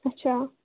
اَچھا